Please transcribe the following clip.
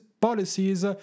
policies